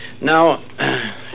now